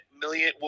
million